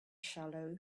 shallow